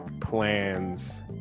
plans